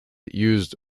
use